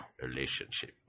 Relationship